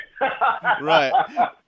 Right